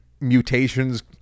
mutations